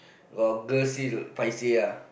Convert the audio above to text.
got girl see paiseh ah